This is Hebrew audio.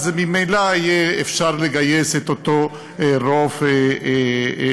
אז ממילא יהיה אפשר לגייס את אותו רוב מיוחס.